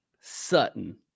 Sutton